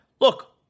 look